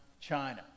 China